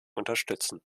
unterstützen